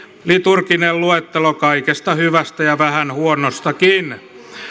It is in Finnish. liturginen luettelo kaikesta hyvästä ja vähän huonostakin